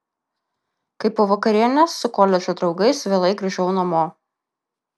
kai po vakarienės su koledžo draugais vėlai grįžau namo